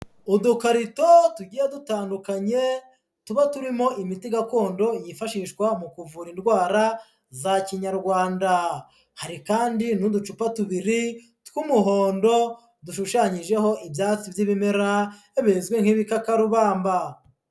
Udukarito tugiye dutandukanye, tuba turimo imiti gakondo yifashishwa mu kuvura indwara za kinyarwanda, hari kandi n'uducupa tubiri tw'umuhondo dushushanyijeho ibyatsi by'ibimera bizwi nk'ibikakarubamba.